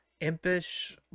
impish